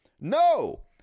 No